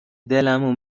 دلمو